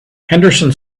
henderson